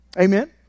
Amen